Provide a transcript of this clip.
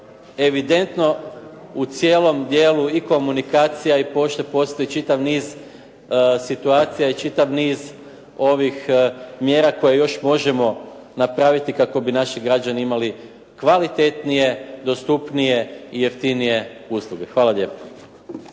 evidentno u cijelom dijelu i komunikacija i pošte postoji čitav niz situacija i čitav niz ovih mjera koje još možemo napraviti kako bi naši građani imali kvalitetnije, dostupnije i jeftinije usluge. Hvala lijepo.